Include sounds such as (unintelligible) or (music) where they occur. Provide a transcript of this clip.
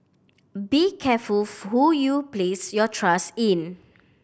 be careful (unintelligible) who you place your trust in